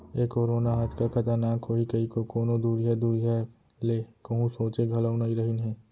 ए corona ह अतका खतरनाक होही कइको कोनों दुरिहा दुरिहा ले कोहूँ सोंचे घलौ नइ रहिन हें